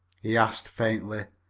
he asked faintly.